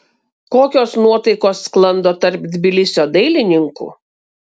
kokios nuotaikos sklando tarp tbilisio dailininkų